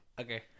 Okay